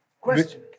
Question